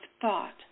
thought